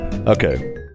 Okay